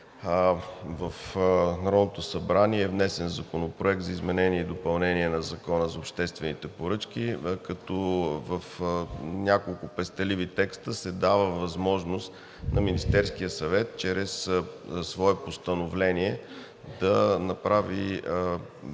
В Народното събрание е внесен Законопроект за изменение и допълнение на Закона за обществените поръчки, като в няколко пестеливи текста се дава възможност на Министерския съвет чрез свое постановление да направи